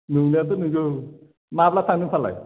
नोंनायाथ' नोंगौ माब्ला थांनोफालाय